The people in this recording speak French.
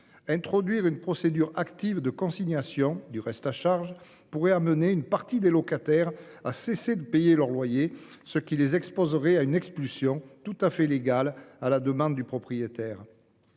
Introduire une procédure active de consignation du reste à charge pourrait amener une partie des locataires à cesser de payer leur loyer, ce qui les exposerait à une expulsion, tout à fait légale, à la demande du propriétaire.